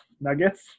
Nuggets